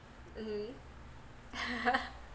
mmhmm